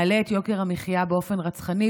מעלה את יוקר המחיה באופן רצחני,